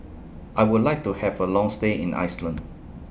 I Would like to Have A Long stay in Iceland